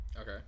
Okay